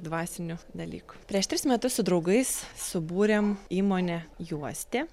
dvasinių dalykų prieš tris metus su draugais subūrėm įmonę juostė